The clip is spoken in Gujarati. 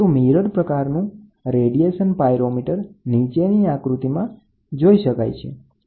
તો મિરર પ્રકારનું રેડિયેશન પાયરોમીટર નીચેની આકૃતિમાં જોઈ શકાય છે